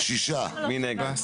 מי נגד?